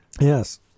Yes